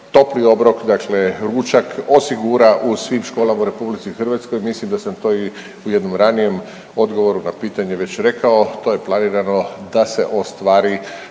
topli obrok, dakle ručak osigura u svim školama u RH, mislim da sam to i u jednom ranijem odgovoru na pitanje već rekao, to je planirano da se ostvari